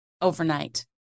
overnight